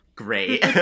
Great